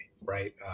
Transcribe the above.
right